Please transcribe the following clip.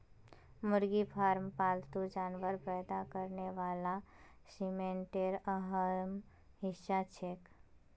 मुर्गी फार्म पालतू जानवर पैदा करने वाला सिस्टमेर अहम हिस्सा छिके